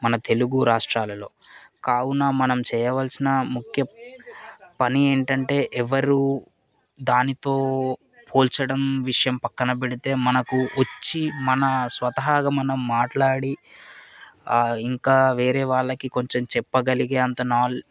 మన తెలుగు రాష్ట్రాలలో కావున మనం చేయవలసిన ముఖ్య పని ఏంటంటే ఎవరూ దానితో పోల్చడం విషయం పక్కన పెడితే మనకు వచ్చి మన స్వతహాగా మనం మాట్లాడి ఇంకా వేరే వాళ్ళకి కొంచెం చెప్పగలిగే అంత నా